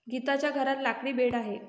गीताच्या घरात लाकडी बेड आहे